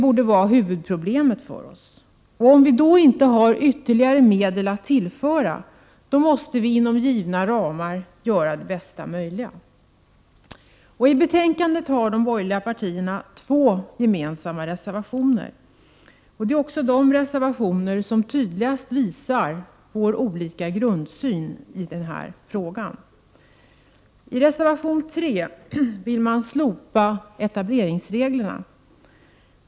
Om vi då inte har ytterligare medel att tillföra måste vi inom givna ramar göra det bästa möjliga. I betänkandet har de borgerliga partierna två gemensamma reservationer. Det är också dessa reservationer som tydligast visar våra olika ideologiska grundsyner i denna fråga. I reservation 3 anges att man vill slopa etableringsreglerna.